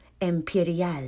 imperial